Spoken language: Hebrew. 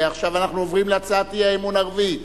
ועכשיו אנחנו עוברים להצעת האי-אמון הרביעית,